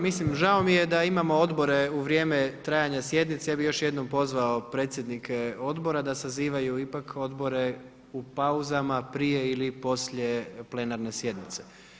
Mislim žao mi je da imamo odbore u vrijeme trajanja sjednice, ja bih još jednom pozvao predsjednike odbora da sazivaju ipak odbore u pauzama, prije ili poslije plenarne sjednice.